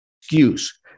excuse